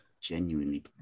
genuinely